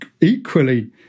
equally